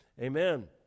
amen